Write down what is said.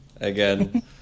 again